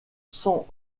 san